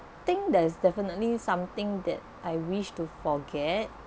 think there's definitely something that I wish to forget